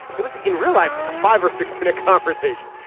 it was in real life like a five or six minute confrontation.